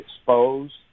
exposed